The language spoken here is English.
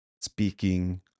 speaking